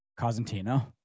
Cosentino